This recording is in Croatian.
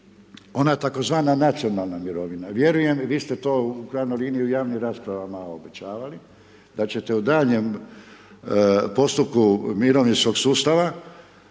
ona tzv. nacionalna mirovina, vjerujem i vi ste to u krajnjoj liniji u javnim raspravama obećavali, da ćete u duljenjem postupku mirovinskog sustava,